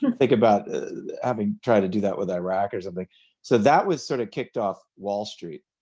and think about having tried to do that with iraq or something. so that was sort of kicked off wall street